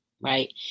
right